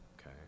Okay